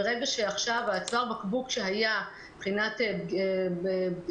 ברגע שעכשיו צוואר הבקבוק שהיה מבחינת בחינות,